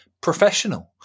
professional